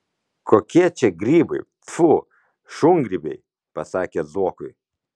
kokie čia grybai tfu šungrybiai pasakė zuokui